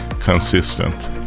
consistent